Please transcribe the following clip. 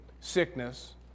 sickness